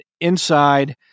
inside